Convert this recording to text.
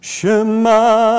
Shema